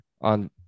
on